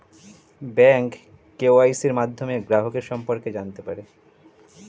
bank কেওয়াইসির মাধ্যমে গ্রাহকের সম্পর্কে জানতে পারে